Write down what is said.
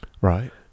right